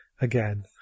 Again